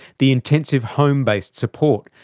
the intensive home-based support,